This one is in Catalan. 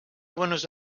buenos